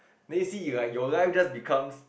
then you see you like your life just becomes